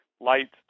light